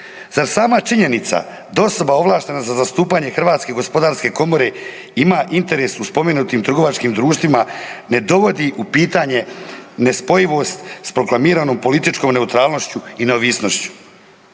Zar sama činjenica da osoba ovlaštena za zastupanje Hrvatske gospodarske komore ima interes u spomenutim trgovačkim društvima ne dovodi u pitanje nespojivost s proklamiranom političkom neutralnošću i neovisnošću.